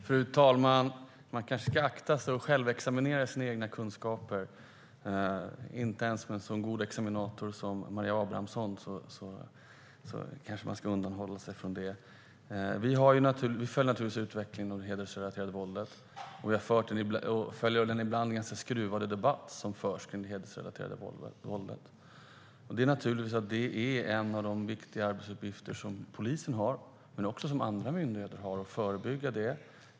Fru talman! Man kanske ska akta sig för att självexaminera sina egna kunskaper. Inte ens med en sådan god examinator som Maria Abrahamsson kanske man ska göra det. Vi följer naturligtvis utvecklingen av det hedersrelaterade våldet. Och vi följer den ibland ganska skruvade debatt som förs kring det hedersrelaterade våldet. Naturligtvis är en av de viktiga arbetsuppgifter som polisen, men också andra myndigheter, har att förebygga det.